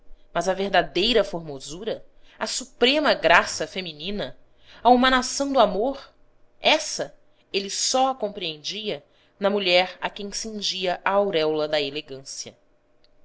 mas a verdadeira formosura a suprema graça feminina a humanação do amor essa ele só a compreendia na mulher a quem cingia a auréola da elegância